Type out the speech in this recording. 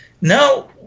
Now